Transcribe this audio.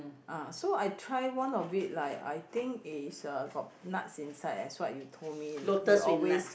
ah so I try one of it like I think is uh got nuts inside as what you told me you always